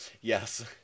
Yes